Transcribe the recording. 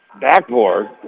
backboard